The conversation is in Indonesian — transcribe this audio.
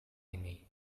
ini